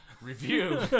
review